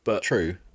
True